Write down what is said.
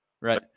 right